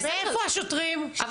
מה עם השוטרים?